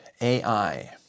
AI